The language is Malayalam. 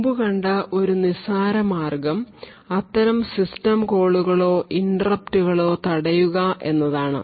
മുമ്പ് കണ്ട ഒരു നിസ്സാര മാർഗം അത്തരം സിസ്റ്റം കോളുകളോ ഇൻട്രപ്റ്റുകളോ തടയുക എന്നതാണ്